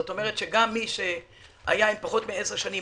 זאת אומרת גם מי שהיה עם פחות מ-10 שנים